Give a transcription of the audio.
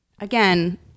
again